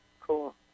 Cool